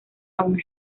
aún